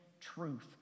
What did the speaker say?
truth